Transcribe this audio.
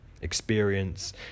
experience